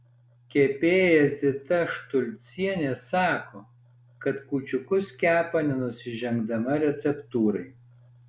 kepėja zita štulcienė sako kad kūčiukus kepa nenusižengdama receptūrai